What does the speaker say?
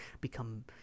become